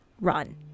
Run